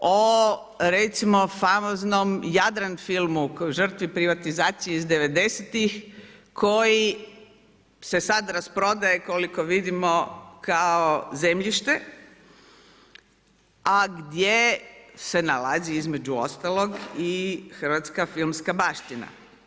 O recimo, famoznom Jadran filmu, žrtvi privatizacije iz '90-ih, koji se sad rasprodaje koliko vidimo kao zemljište, a gdje se nalazi, između ostalog i hrvatska filmska baština.